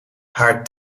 haar